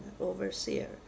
overseer